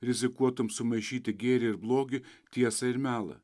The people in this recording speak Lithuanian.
rizikuotum sumaišyti gėrį ir blogį tiesą ir melą